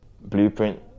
blueprint